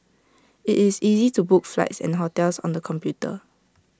IT is easy to book flights and hotels on the computer